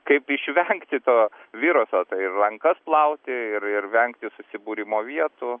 kaip išvengti to viruso tai ir rankas plauti ir ir vengti susibūrimo vietų